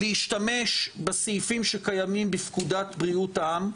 לדעת להשתמש בסעיפים שקיימים בפקודת בריאות העם.